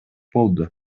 болду